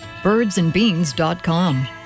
Birdsandbeans.com